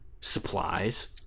supplies